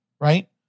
right